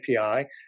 API